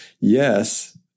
Yes